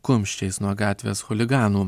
kumščiais nuo gatvės chuliganų